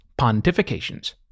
pontifications